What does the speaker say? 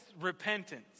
repentance